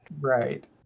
right